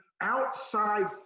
outside